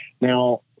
Now